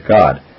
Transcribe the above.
God